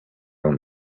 him